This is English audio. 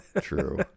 True